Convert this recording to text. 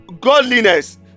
godliness